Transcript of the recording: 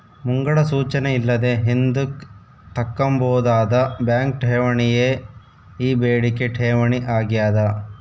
ಮುಂಗಡ ಸೂಚನೆ ಇಲ್ಲದೆ ಹಿಂದುಕ್ ತಕ್ಕಂಬೋದಾದ ಬ್ಯಾಂಕ್ ಠೇವಣಿಯೇ ಈ ಬೇಡಿಕೆ ಠೇವಣಿ ಆಗ್ಯಾದ